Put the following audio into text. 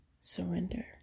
Surrender